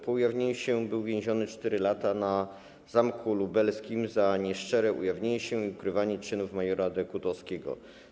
Po ujawnieniu się był więziony 4 lata na zamku lubelskim za nieszczere ujawnienie się i ukrywanie czynów mjr. Dekutowskiego.